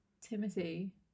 Timothy